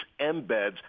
embeds